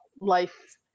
life